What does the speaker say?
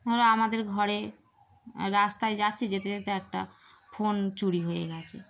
ধরো আমাদের ঘরে রাস্তায় যাচ্ছি যেতে যেতে একটা ফোন চুরি হয়ে গিয়েছে